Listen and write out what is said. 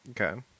Okay